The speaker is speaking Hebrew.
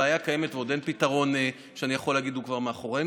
הבעיה קיימת ועוד אין פתרון ואני יכול להגיד: זה כבר מאחורינו.